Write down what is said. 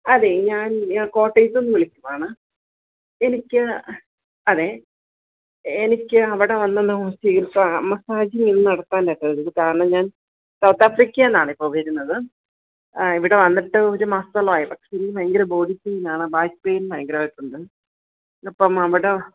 അതെ ഞാൻ ഞാൻ കോട്ടയത്തുനിന്ന് വിളിക്കുകയാണ് എനിക്ക് അതെ എനിക്ക് അവിടെ വന്നുള്ള ചികിത്സ മസ്സാജ് നടത്താനായിട്ട് ആയിരുന്നു കാരണം ഞാൻ സൗതാഫ്രിക്കയിൽനിന്നാണ് ഇപ്പോൾ വരുന്നത് ഇവിടെ വന്നിട്ട് ഒരുമാസം ആയി പക്ഷെ ഭയങ്കര ബോഡി പെയിൻ ആണ് ബാക് പെയിൻ ഭയങ്കരമായിട്ട് ഉണ്ട് അപ്പം അവിടെ